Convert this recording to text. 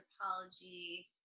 anthropology